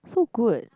so good